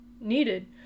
needed